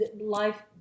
Life